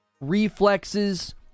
Reflexes